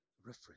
reference